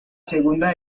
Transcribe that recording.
segunda